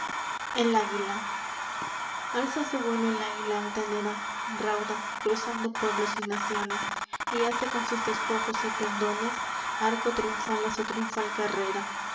el águila alza su vuelo el águila altanera ráuda cruzando pueblos y naciones y hace con sus despojos y pendones arco triunfal á su triunfal carrera